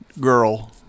girl